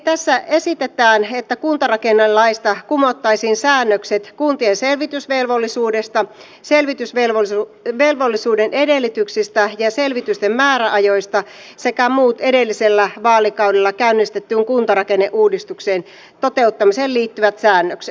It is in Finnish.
tässä esitetään että kuntarakennelaista kumottaisiin säännökset kuntien selvitysvelvollisuudesta selvitysvelvollisuuden edellytyksistä ja selvitysten määräajoista sekä muut edellisellä vaalikaudella käynnistetyn kuntarakenneuudistuksen toteuttamiseen liittyvät säännökset